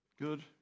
Good